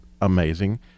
amazing